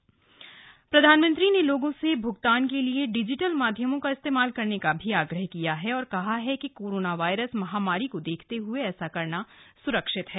digital भुगतान प्रधानमंत्री ने लोगों से भगतान के लिए डिजिटल माध्यमों का इस्तेमाल करने का आग्रह भी किया है और कहा है कि कोरोना वायरस महामारी को देखते हए ऐसा करना स्रक्षित है